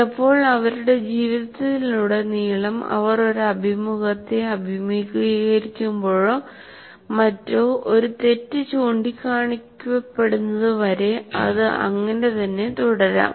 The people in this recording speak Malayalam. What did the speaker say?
ചിലപ്പോൾ അവരുടെ ജീവിതത്തിലുടനീളം അവർ ഒരു അഭിമുഖത്തെ അഭിമുഖീകരിക്കുമ്പോഴോ മറ്റോ ഒരു തെറ്റ് ചൂണ്ടിക്കാണിക്കപ്പെടുന്നത് വരെ അത് അങ്ങിനെ തന്നെ തുടരാം